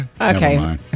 okay